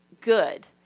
good